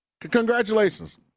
Congratulations